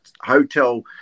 hotel